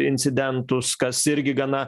incidentus kas irgi gana